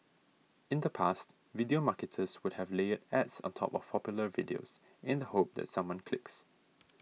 in the past video marketers would have layered ads on top of popular videos in the hope that someone clicks